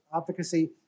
advocacy